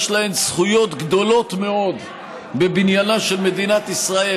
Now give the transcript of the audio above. יש להן זכויות גדולות מאוד בבניינה של מדינת ישראל,